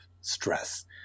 stress